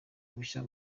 bushya